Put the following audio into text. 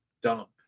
dump